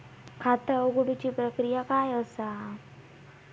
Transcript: खाता उघडुची प्रक्रिया काय असा?